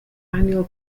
annual